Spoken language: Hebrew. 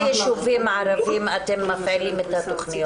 --- בכמה ישובים ערבים אתם מפעילים את התכניות?